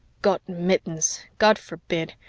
got mittens, god forbid!